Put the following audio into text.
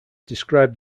described